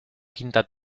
quinta